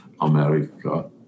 America